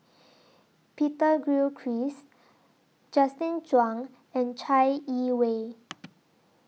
Peter Gilchrist Justin Zhuang and Chai Yee Wei